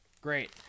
Great